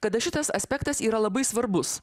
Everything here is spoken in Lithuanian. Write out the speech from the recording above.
kada šitas aspektas yra labai svarbus